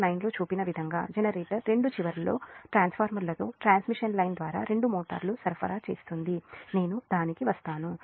figure 9 లో చూపిన విధంగా జెనరేటర్ రెండు చివర్లలో ట్రాన్స్ఫార్మర్లతో ట్రాన్స్మిషన్ లైన్ ద్వారా రెండు మోటార్లు సరఫరా చేస్తుంది నేను దానికి వస్తాను